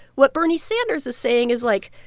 what bernie sanders is saying is like,